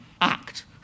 act